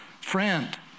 friend